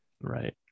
Right